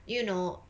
you know